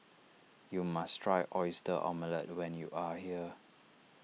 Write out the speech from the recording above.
you must try Oyster Omelette when you are here